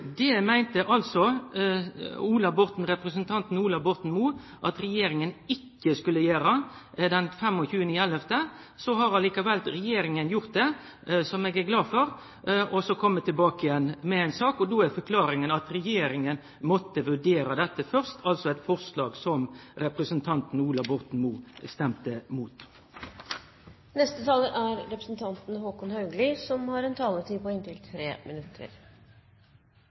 Det meinte altså representanten Ola Borten Moe den 25. november at regjeringa ikkje skulle gjere. Så har regjeringa likevel gjort det – som eg er glad for. Så kjem ein tilbake igjen med ei sak, og då er forklaringa at regjeringa måtte vurdere dette først, altså eit forslag som representanten Ola Borten Moe stemde mot. Jeg registrerer at representanten